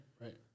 right